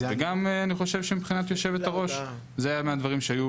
ואני גם חושב שמבחינת יושבת הראש אלה הדברים.